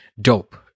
dope